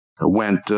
went